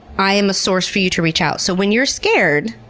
i am a source for you to reach out. so when you're scared,